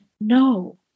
No